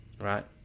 right